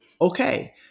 Okay